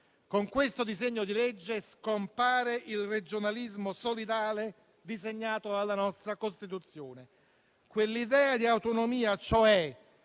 Con questo disegno di legge scompare il regionalismo solidale disegnato dalla nostra Costituzione, quell'idea di autonomia che